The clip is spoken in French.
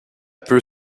peu